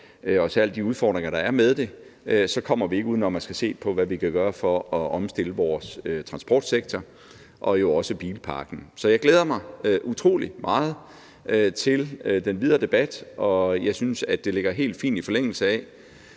og særlig de udfordringer, der er med det, mere alvorligt, så kommer vi ikke uden om at skulle se på, hvad vi kan gøre for at omstille vores transportsektor og jo også bilparken. Så jeg glæder mig utrolig meget til den videre debat, og jeg synes, at det ligger helt fint i forlængelse af,